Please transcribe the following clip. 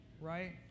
right